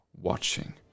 watching